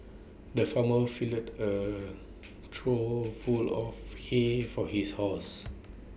the farmer filled A trough full of hay for his horses